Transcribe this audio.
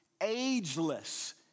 ageless